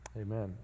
Amen